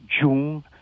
June